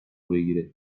بگیره